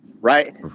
Right